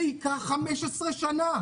זה ייקח 15 שנה.